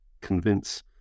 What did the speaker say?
convince